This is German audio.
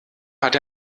hat